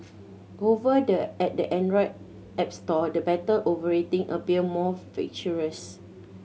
over the at the Android app store the battle over rating appear more ferocious